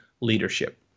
Leadership